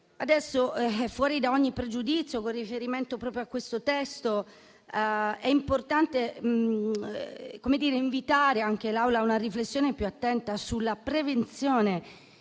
persona. Fuori da ogni pregiudizio, con riferimento a questo testo, è importante invitare l'Assemblea a una riflessione più attenta sulla prevenzione